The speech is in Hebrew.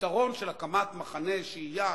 הפתרון של הקמת מחנה שהייה,